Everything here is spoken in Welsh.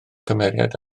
cymeriad